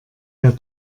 der